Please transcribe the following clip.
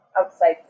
Outside